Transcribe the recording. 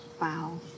Wow